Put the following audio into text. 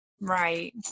Right